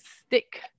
stick